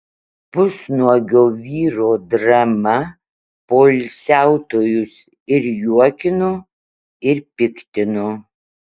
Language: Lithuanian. pusnuogio vyro drama poilsiautojus ir juokino ir piktino